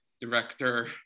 director